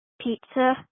Pizza